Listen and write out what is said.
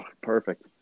perfect